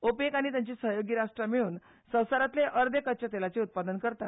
ओपेक आनी तांची सहयोगी राष्ट्रां मेळून संवसारांतले अर्दे कच्चा तेलाचें उत्पादन करतात